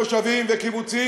מושבים וקיבוצים.